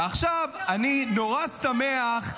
ועכשיו אני נורא שמח,